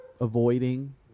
avoiding